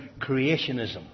creationism